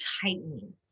tightening